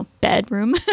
bedroom